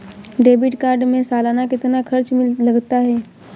Debit card में सालाना कितना खर्च लगता है?